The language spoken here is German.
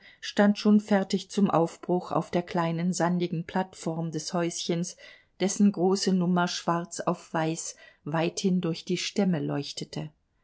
stand schon fertig zum aufbruch auf der kleinen sandigen plattform des häuschens dessen große nummer schwarz auf weiß weithin durch die stämme leuchtete